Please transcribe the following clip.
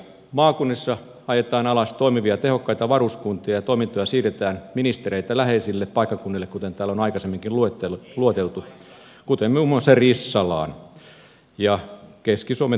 maakunnissa ajetaan alas toimivia tehokkaita varuskuntia ja toimintoja siirretään ministereille läheisille paikkakunnille kuten täällä on aikaisemminkin lueteltu kuten muun muassa rissalaan ja keski suomen tikkakoskelle